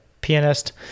pianist